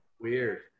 Weird